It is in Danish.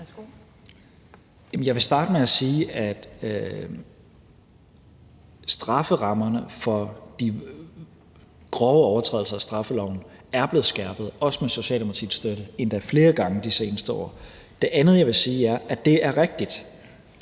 Jeg vil starte med at sige, at strafferammerne for de grove overtrædelser af straffeloven er blevet skærpet, også med Socialdemokratiets støtte, endda flere gange de seneste år. Det andet, jeg vil sige, er, at det er rigtigt,